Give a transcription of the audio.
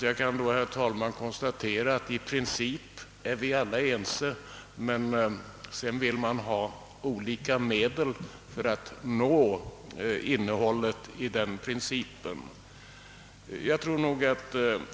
Jag konstaterar alltså, herr talman, att i princip är vi alla ense, men rörande medlen för att förverkliga principen råder inte samma enighet.